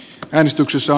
äänestänyt